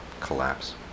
collapse